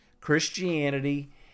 Christianity